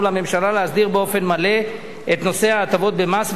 לממשלה להסדיר באופן מלא את נושא ההטבות במס,